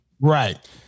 Right